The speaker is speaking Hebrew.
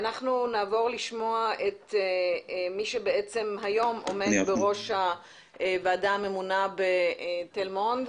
נעבור לשמוע את מי שבעצם היום עומד בראש הוועדה הממונה בתל מונד,